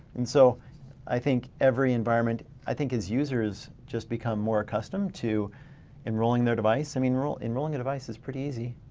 and so i think every environment, i think as users just become more accustomed to enrolling their device. i mean enrolling device is pretty easy,